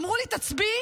אמרו לי: תצביעי,